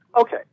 Okay